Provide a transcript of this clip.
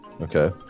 Okay